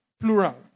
plural